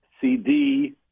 CD